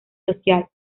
social